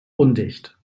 undicht